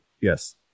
Yes